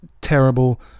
terrible